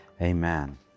Amen